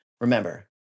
Remember